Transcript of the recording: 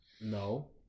No